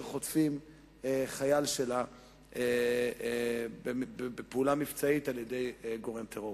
חוטפים חייל שלה בפעולה מבצעית על-ידי גורם טרור.